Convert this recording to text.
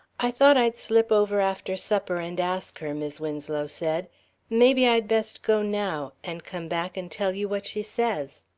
i thought i'd slip over after supper and ask her, mis' winslow said maybe i'd best go now and come back and tell you what she says.